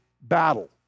battle